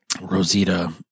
Rosita